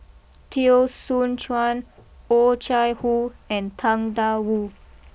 Teo Soon Chuan Oh Chai Hoo and Tang Da Wu